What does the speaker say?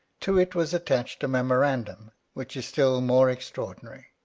to it was attached a memorandum, which is still more extraordinary.